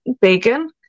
bacon